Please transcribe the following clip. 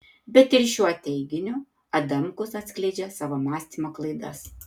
bet ir šiuo teiginiu adamkus atskleidžia savo mąstymo klaidas